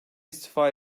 istifa